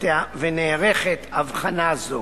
נערכת הבחנה זו.